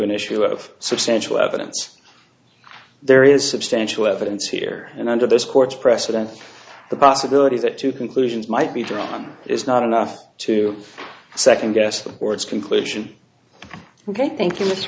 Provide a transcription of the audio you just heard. an issue of substantial evidence there is substantial evidence here and under this court's precedent the possibility that two conclusions might be drawn is not enough to second guess the court's conclusion ok thank you m